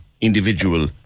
individual